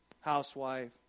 housewife